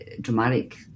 dramatic